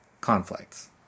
conflicts